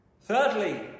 Thirdly